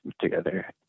together